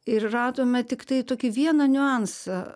ir radome tiktai tokį vieną niuansą